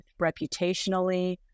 reputationally